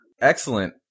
Excellent